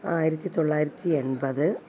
ആയിരത്തിത്തൊള്ളായിരത്തി എൺപത്